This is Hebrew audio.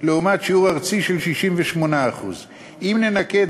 לעומת שיעור ארצי של 68%. אם ננכה את